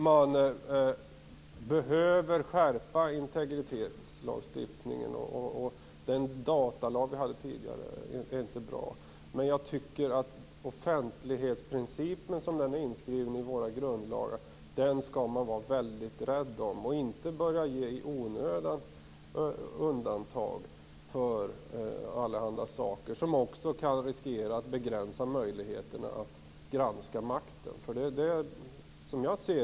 Man behöver skärpa integritetslagstiftningen. Den datalag vi hade tidigare är inte bra. Offentlighetsprincipen som den är inskriven i våra grundlagar skall man vara väldigt rädd om, och man skall inte i onödan börja ge undantag för allehanda saker. Det kan riskera att begränsa möjligheterna att granska makten.